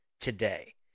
today